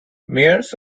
mayors